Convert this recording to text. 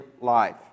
life